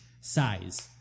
size